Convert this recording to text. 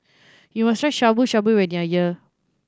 you must try Shabu Shabu when you are here